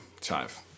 Chive